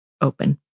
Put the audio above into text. open